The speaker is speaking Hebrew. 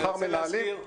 שכר מנהלים.